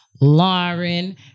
Lauren